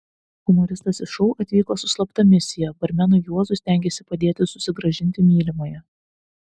humoristas į šou atvyko su slapta misija barmenui juozui stengėsi padėti susigrąžinti mylimąją